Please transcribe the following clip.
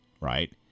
Right